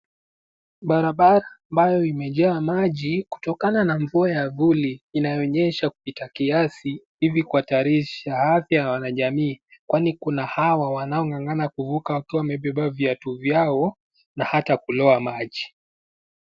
Barabara ambayo imejaa maji kutokana na mvua ya vuli inayonyesha kupita kiasi hivi kuatarisha afya ya wanajamii kwani kuna hawa wanaong'ang'ana kuvuka wakiwa wamebeba viatu vyao, na hata kulowa maji.